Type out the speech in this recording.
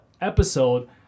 episode